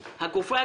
שימוש.